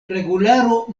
regularo